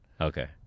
okay